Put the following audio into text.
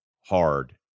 hard